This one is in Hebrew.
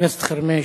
חבר הכנסת חרמש,